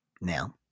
Now